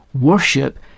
Worship